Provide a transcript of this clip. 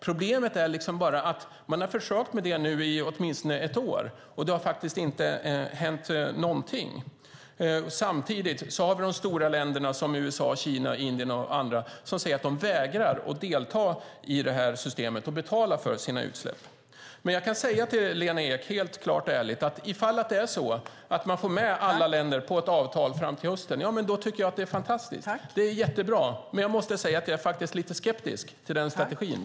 Problemet är att man har försökt det i ett år, och det har inte hänt någonting. Samtidigt säger stora länder som USA, Kina, Indien och andra att man vägrar att delta i systemet och betala för sina utsläpp. Jag kan ärligt säga till Lena Ek att jag tycker att det är fantastiskt om man får med alla länder på ett avtal till hösten. Det är jättebra, men jag är skeptisk till den strategin.